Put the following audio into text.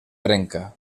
trenca